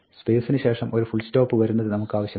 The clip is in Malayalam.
സ്പേസിന് ശേഷം ഒരു ഫുൾസ്റ്റോപ്പ് വരുന്നത് നമുക്കാവശ്യമില്ല